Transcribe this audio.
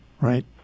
right